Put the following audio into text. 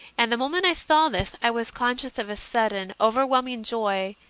and the moment i saw this i was conscious of a sudden overwhelming joy,